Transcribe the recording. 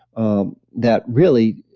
um that really